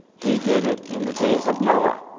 he did it in the days of noah,